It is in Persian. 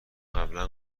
قبلا